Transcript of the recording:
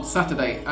Saturday